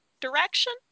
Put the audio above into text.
direction